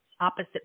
opposite